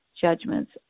judgments